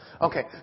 Okay